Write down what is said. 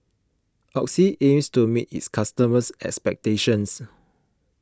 Oxy aims to meet its customers' expectations